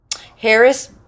Harris